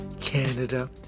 Canada